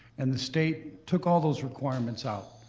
and the state took all those requirements out.